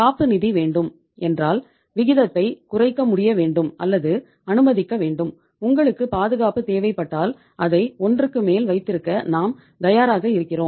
காப்பு நிதி வேண்டும் என்றால் விகிதத்தை குறைக்க முடியவேண்டும் அல்லது அனுமதிக்க வேண்டும் உங்களுக்கு பாதுகாப்பு தேவைப்பட்டால் அதை ஒன்றுக்கு மேல் வைத்திருக்க நாம் தயாராக இருக்கிறோம்